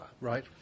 Right